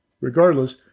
Regardless